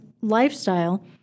lifestyle